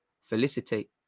Felicitate